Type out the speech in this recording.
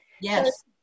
Yes